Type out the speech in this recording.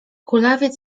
kulawiec